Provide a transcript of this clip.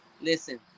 Listen